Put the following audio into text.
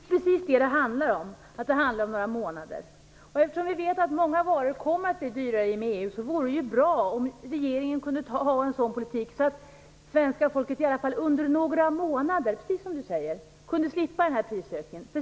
Fru talman! Det handlar just om några månader. Eftersom vi vet att många varor kommer att bli dyrare i och med EU vore det bra om regeringen kunde föra en sådan politik att det svenska folket i alla fall under några månader kunde slippa den här prisökningen.